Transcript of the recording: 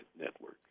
network